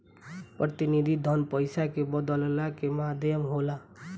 प्रतिनिधि धन पईसा के बदलला के माध्यम होला